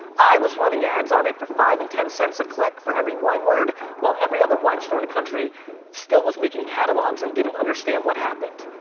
i was running ads on it for five and ten cents a click for every wine word while every other wine store in the country still was making catalogs and didn't understand what happened.